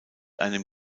einem